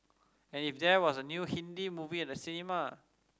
and if there was a new Hindi movie at the cinema